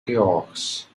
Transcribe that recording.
georges